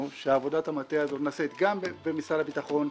שעבודת המטה הזאת נעשית גם במשרד הביטחון,